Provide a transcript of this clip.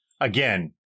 Again